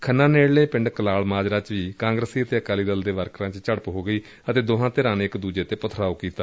ਖੰਨਾ ਨੇੜਲੇ ਪਿੰਡ ਕਲਾਲ ਮਾਜਰਾ ਚ ਵੀ ਕਾਂਗਰਸੀ ਅਤੇ ਅਕਾਲੀ ਦਲ ਦੇ ਵਰਕਰਾ ਚ ਝੜਪ ਹੋ ਗਈ ਅਤੇ ਦੋਹਾਂ ਧਿਰਾਂ ਨੇ ਇਕ ਦੁਜੇ ਤੇ ਪਥਰਾਓ ਕੀਤਾ